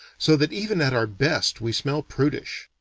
so that even at our best we smell prudish.